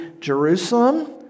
Jerusalem